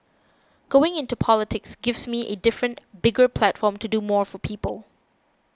going into politics gives me a different bigger platform to do more for people